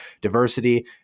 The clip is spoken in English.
diversity